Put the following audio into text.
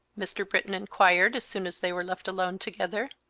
mr. britton inquired, as soon as they were left alone together.